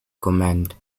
command